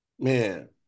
man